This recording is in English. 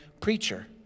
preacher